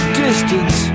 distance